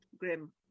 Grim